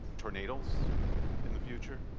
tornadoes in the future?